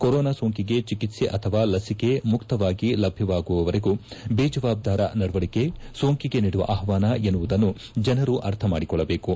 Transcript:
corona ಸೋಂಕಿಗೆ ಚಿಕಿತ್ಲೆ ಅಥವಾ ಲಸಿಕೆ ಮುಕ್ತವಾಗಿ ಲಭ್ಧವಾಗುವವರೆಗೂ ಬೇಜವಾಬ್ದಾರ ನಡವಳಕೆ ಸೋಂಕಿಗೆ ನೀಡುವ ಆಹ್ವಾನ ಎನ್ನುವುದನ್ನು ಜನರು ಅರ್ಥ ಮಾಡಿಕೊಳ್ಳಬೇಕು